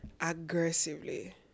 aggressively